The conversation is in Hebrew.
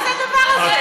מה זה הדבר הזה?